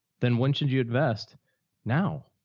then when should you invest now.